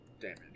damage